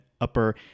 upper